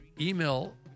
email